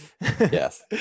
Yes